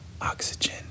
oxygen